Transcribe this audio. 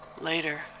Later